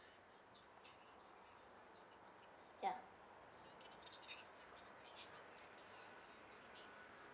yup